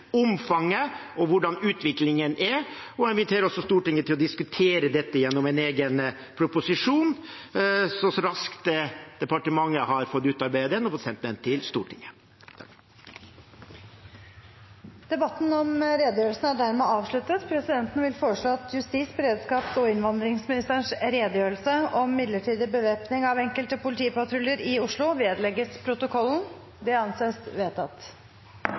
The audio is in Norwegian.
omfanget og hvordan utviklingen er, og vi vil også invitere Stortinget til å diskutere dette gjennom en egen proposisjon så raskt departementet har fått utarbeidet den og sendt den til Stortinget. Flere har ikke bedt om ordet til sak nr. 14. Presidenten vil foreslå at justis-, beredskaps- og innvandringsministerens redegjørelse om midlertidig bevæpning av enkelte politipatruljer i Oslo vedlegges protokollen. – Det anses vedtatt.